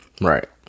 Right